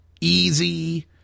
easy